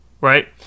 Right